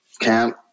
camp